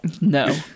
No